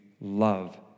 love